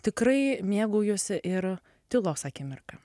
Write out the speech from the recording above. tikrai mėgaujuosi ir tylos akimirka